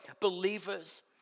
believers